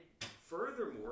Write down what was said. furthermore